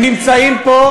הם נמצאים פה,